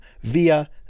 via